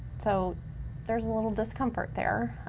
so there's a little discomfort there.